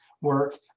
work